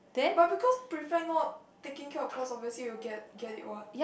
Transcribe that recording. but because prefect not taking care of class obviously you will get get it what